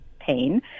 pain